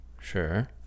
Sure